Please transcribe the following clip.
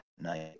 night